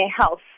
health